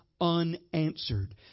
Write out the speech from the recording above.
unanswered